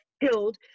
killed